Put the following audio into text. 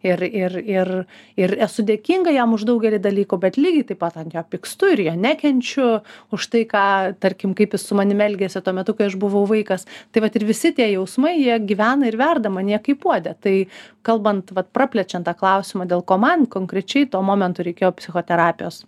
ir ir ir ir esu dėkinga jam už daugelį dalykų bet lygiai taip pat an jo pykstu ir jo nekenčiu už tai ką tarkim kaip jis su manimi elgėsi tuo metu kai aš buvau vaikas tai vat ir visi tie jausmai jie gyvena ir verda manyje kaip puode tai kalbant vat praplečiant tą klausimą dėl ko man konkrečiai to momento reikėjo psichoterapijos